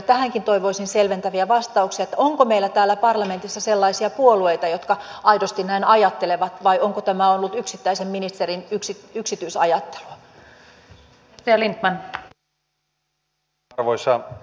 tähänkin toivoisin selventäviä vastauksia onko meillä täällä parlamentissa sellaisia puolueita jotka aidosti näin ajattelevat vai onko tämä ollut yksittäisen ministerin yksityisajattelua